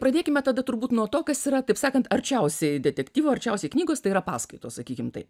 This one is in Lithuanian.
pradėkime tada turbūt nuo to kas yra taip sakant arčiausiai detektyvo arčiausiai knygos tai yra paskaitos sakykim tai